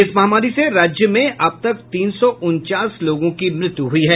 इस महामारी से राज्य में अब तक तीन सौ उनचास लोगों की मृत्यु हुई है